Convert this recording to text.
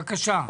בבקשה.